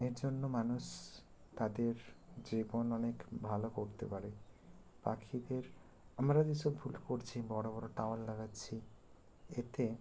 এর জন্য মানুষ তাদের জীবন অনেক ভালো করতে পারে পাখিদের আমরা যেসব ভুল করছি বড়ো বড়ো টাওয়ার লাগাচ্ছি এতে